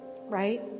right